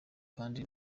kandi